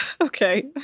Okay